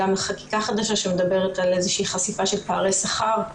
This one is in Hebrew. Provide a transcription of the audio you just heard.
גם חקיקה חדשה שמדברת על איזושהי חשיפה של פערי שכר,